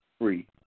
free